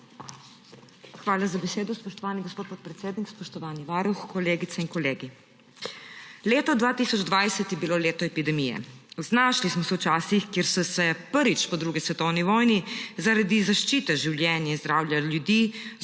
spoštovani gospod podpredsednik. Spoštovani varuh, kolegice in kolegi! Leto 2020 je bilo leto epidemije. Znašli smo se v časih, kjer so se prvič po drugi svetovni vojni zaradi zaščite življenja in zdravja ljudi